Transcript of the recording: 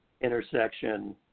intersection